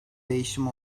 değişim